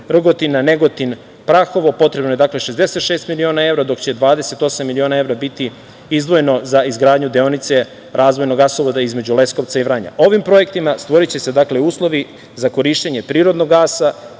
Rogotina, Negotin, Prahovo potrebno je 66 miliona evra, dok će 28 miliona evra biti izdvojeno za izgradnju deonice razvojnog gasovoda između Leskovca i Vranja. Ovim projektima stvoriće se uslovi za korišćenje prirodnog gasa